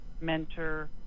mentor